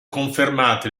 confermate